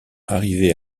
arrivés